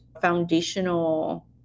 foundational